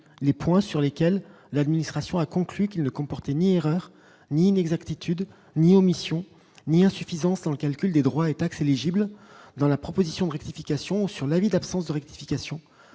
les points sur lesquels l'administration a conclu qu'il ne comportait ni râleurs n'inexactitudes ni omission ni insuffisances dans le calcul des droits et taxes éligible dans la proposition rectification sur la vie d'absence de rectification